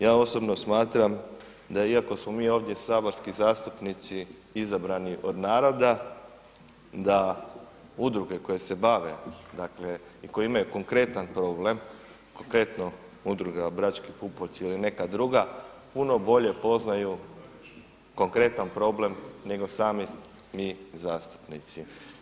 Ja osobno smatram da iako smo mi ovdje saborski zastupnici izabrani od naroda, da udruge koje se bave i koje imaju konkretan problem, konkretno udruga Brački pupoljci ili neka druga puno bolje poznaju konkretan problem nego sami mi zastupnici.